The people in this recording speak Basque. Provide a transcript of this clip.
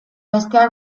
besteak